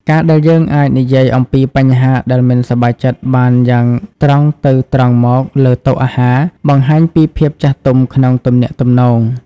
ការដែលយើងអាចនិយាយអំពីបញ្ហាដែលមិនសប្បាយចិត្តបានយ៉ាងត្រង់ទៅត្រង់មកលើតុអាហារ បង្ហាញពីភាពចាស់ទុំក្នុងទំនាក់ទំនង។